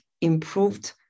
improved